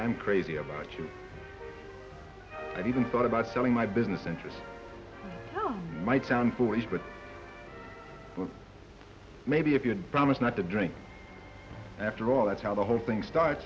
i'm crazy about you and even thought about selling my business interests might sound foolish but maybe if you'd promise not to drink after all that's how the whole thing start